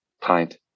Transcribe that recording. pint